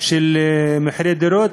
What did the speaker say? של מחירי הדירות,